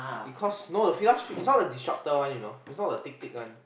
it cost no the Fila shoe it's not the destructor one you know it's not the thick thick one